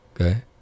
Okay